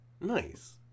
nice